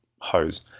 hose